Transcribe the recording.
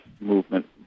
movement